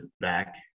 back